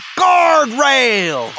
guardrail